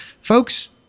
folks